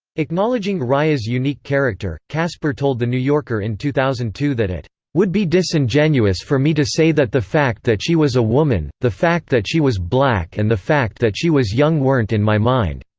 acknowledging rice's unique character, casper told the new yorker in two thousand and two that it would be disingenuous for me to say that the fact that she was a woman, the fact that she was black and the fact that she was young weren't in my mind.